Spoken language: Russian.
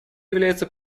является